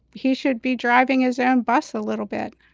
he should be driving his own bus a little bit,